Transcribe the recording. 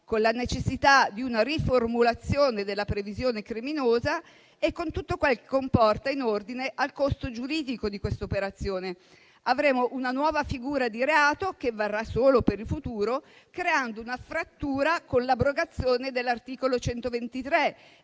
con la necessità di una riformulazione della previsione criminosa e con tutto quel che comporta in ordine al costo giuridico di questa operazione. Avremo una nuova figura di reato che varrà solo per il futuro, creando una frattura con l'abrogazione dell'articolo 123